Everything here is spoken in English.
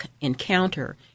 encounter